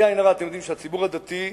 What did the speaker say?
הציבור הדתי,